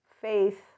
faith